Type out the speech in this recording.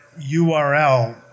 URL